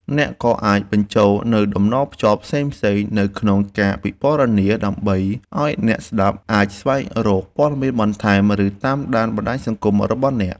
អ្នកក៏អាចបញ្ចូលនូវតំណភ្ជាប់ផ្សេងៗនៅក្នុងការពិពណ៌នាដើម្បីឱ្យអ្នកស្តាប់អាចស្វែងរកព័ត៌មានបន្ថែម ឬតាមដានបណ្តាញសង្គមរបស់អ្នក។